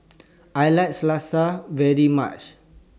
I like Salsa very much